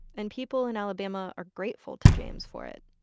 and people in alabama are grateful to james for it.